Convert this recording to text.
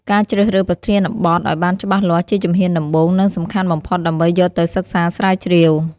ការជ្រើសរើសប្រធានបទ ឱ្យបានច្បាស់លាស់ជាជំហានដំបូង និងសំខាន់បំផុត ដើម្បីយកទៅសិក្សាស្រាវជ្រាវ។